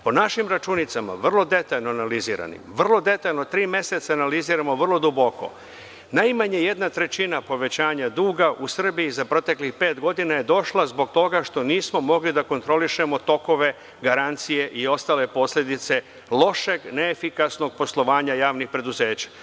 Po našim računicama, vrlo detaljno analiziranim, vrlo detaljno, tri meseca analiziramo vrlo duboko, najmanje jedna trećina povećanja duga u Srbiji za proteklih pet godina je došla zbog toga što nismo mogli da kontrolišemo tokove, garancije i ostale posledice lošeg, neefikasnog poslovanja javnih preduzeća.